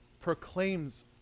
proclaims